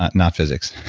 not not physics